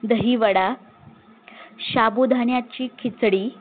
दही वडा साबुदाण्याची खिचडी